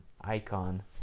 icon